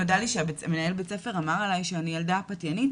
נודע לי שמנהל בית הספר אמר עליי שאני ילדה פתיינית,